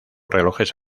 relojes